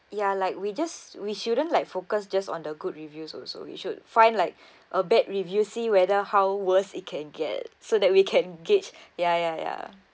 ya like we just we shouldn't like focus just on the good reviews also we should find like a bad review see whether how worse it can get so that we can gauge ya ya ya